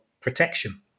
protection